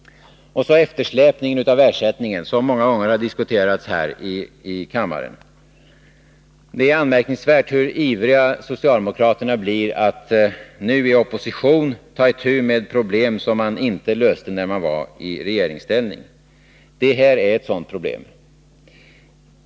Och så eftersläpningen av ersättningen, som många gånger har diskuterats här i kammaren. Det är anmärkningsvärt hur ivriga socialdemokraterna är att nu i opposition ta itu med problem som de inte löste när de var i regeringsställning. Det här är ett sådant problem.